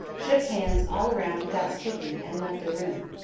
shook hands all round without speaking, and left the room.